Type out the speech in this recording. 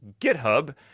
GitHub